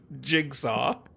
Jigsaw